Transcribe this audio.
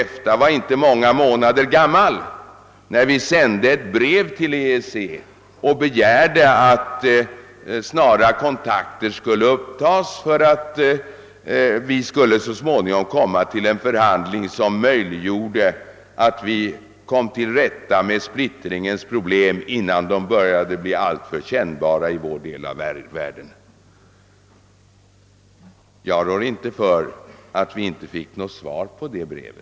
EFTA var inte många månader gammalt då regeringen sände ett brev till EEC och begärde att snara kontakter skulle upptas för att få en förhandling till stånd, som skulle kunna lösa splittringens problem, innan dessa hunnit bli alltför kännbara i vår del av världen. Jag rår inte för att det inte lämnades något svar på detta brev.